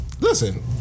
Listen